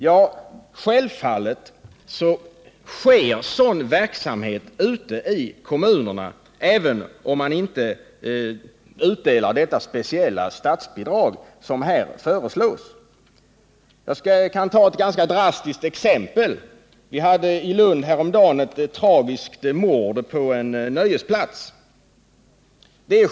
Ja, självfallet sker sådan verksamhet ute i kommunerna, även om man inte delar ut det speciella statsbidrag som här föreslås. Låt mig ta ett ganska drastiskt exempel. Häromdagen inträffade ett tragiskt mord på en nöjesplats i Lund.